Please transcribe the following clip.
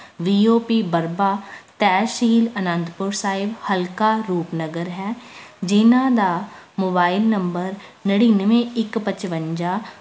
ਵੀ O P Varba ਤਹਿਸੀਲ ਅਨੰਦਪੁਰ ਸਾਹਿਬ ਹਲਕਾ ਰੂਪਨਗਰ ਹੈ ਜਿਨ੍ਹਾਂ ਦਾ ਮੋਬਾਇਲ ਨੰਬਰ ਨੜ੍ਹਿਨਵੇਂ ਇੱਕ ਪਚਵੰਜਾ